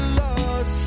lost